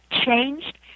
changed